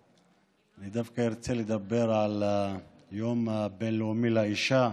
אני דווקא ארצה לדבר על היום הבין-לאומי לאישה,